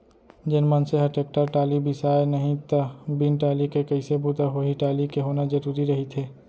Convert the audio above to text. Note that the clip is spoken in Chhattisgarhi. जेन मनसे ह टेक्टर टाली बिसाय नहि त बिन टाली के कइसे बूता होही टाली के होना जरुरी रहिथे